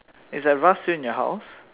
is that vase still in your house